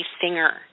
singer